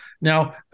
Now